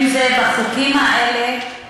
אם בחוקים האלה,